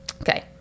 okay